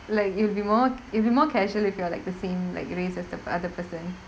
like it'll be more it'll be more casual if you are like the same like race as the p~ other person